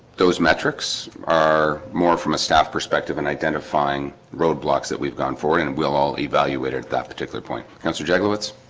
those metrics are more from a staff perspective and identifying roadblocks that we've gone forward and we'll all evaluate at that particular point counselor jigglets